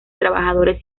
trabajadores